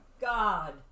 god